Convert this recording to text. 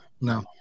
No